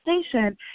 station